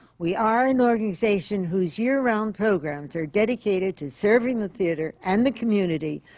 we are an organization whose year-round programs are dedicated to serving the theatre and the community,